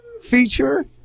feature